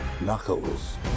knuckles